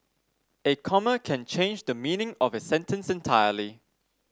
a comma can change the meaning of a sentence entirely